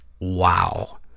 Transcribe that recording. Wow